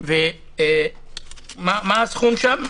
מה הסכום שם?